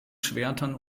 schwertern